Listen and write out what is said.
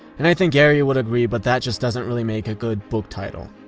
and i think gary would agree but that just doesn't really make a good book title.